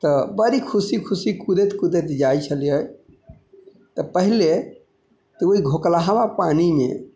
तऽ बड़ी खुशी खुशी कुदैत कुदैत जाइ छलिए तऽ पहिले तऽ ओहि घोकलाहा पानीमे